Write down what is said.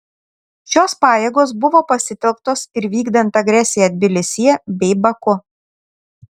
šios pajėgos buvo pasitelktos ir vykdant agresiją tbilisyje bei baku